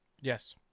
Yes